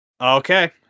Okay